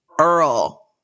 Earl